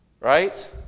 right